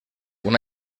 una